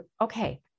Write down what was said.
okay